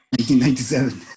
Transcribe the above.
1997